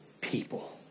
people